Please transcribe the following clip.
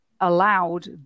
allowed